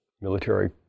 military